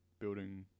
building